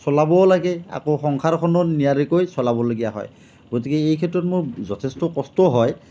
চলাবও লাগে আকৌ সংসাৰখনো নিয়াৰিকৈ চলাবলগীয়া হয় গতিকে এই ক্ষেত্ৰত মোৰ যথেষ্ট কষ্ট হয়